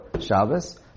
Shabbos